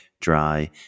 dry